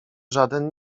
żaden